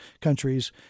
countries